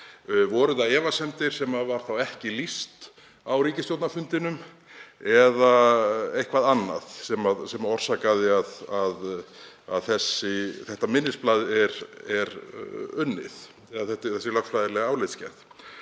Voru það þær efasemdir sem var þá ekki lýst á ríkisstjórnarfundinum eða eitthvað annað sem orsakaði að þetta minnisblað var unnið, eða þessi lögfræðilega álitsgerð?